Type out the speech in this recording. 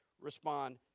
respond